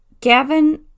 Gavin